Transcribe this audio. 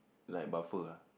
like a buffer ah